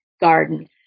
Garden